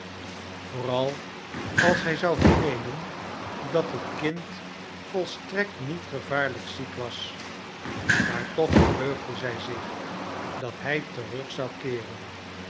vooral als hij zou vernemen dat het kind volstrekt niet gevaarlijk ziek was maar toch verheugde zij zich dat hij terug zou keeren